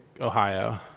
Ohio